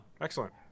excellent